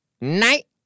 night